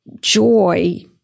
joy